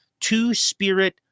two-spirit